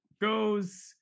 goes